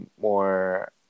more